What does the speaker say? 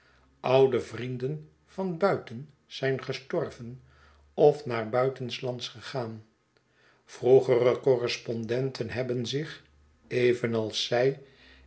oude vrienden van buiten zijn gestorven of naar buitenslands gegaan vroegere correspondenten hebben zich evenals zij